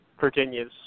Virginia's